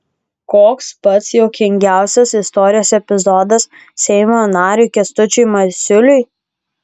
koks pats juokingiausias istorijos epizodas seimo nariui kęstučiui masiuliui